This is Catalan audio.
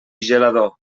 gelador